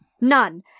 none